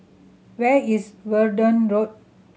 where is Verdun Road